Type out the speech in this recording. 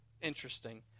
interesting